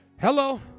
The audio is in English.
Hello